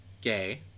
gay